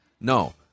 No